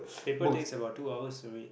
paper takes about two hours to read